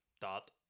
dot